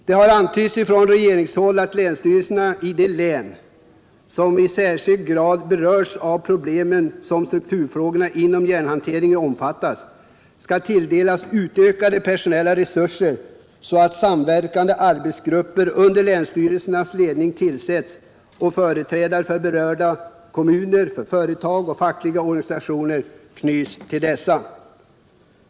Det har antytts från regeringshåll att länsstyrelserna i de län som i särskild grad berörs av de problem som strukturfrågorna inom järnhanteringen omfattar skall tilldelas utökade personella resurser så att samverkande arbetsgrupper under länsstyrelsernas ledning kan tillsättas och företrädare för berörda kommuner, företag och fackliga organisationer kan knytas till dessa.